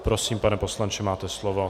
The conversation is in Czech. Prosím, pane poslanče, máte slovo.